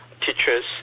teachers